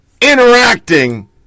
interacting